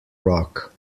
rock